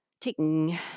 taking